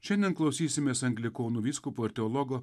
šiandien klausysimės anglikonų vyskupo ir teologo